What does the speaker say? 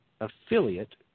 affiliate